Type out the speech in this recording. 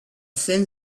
thin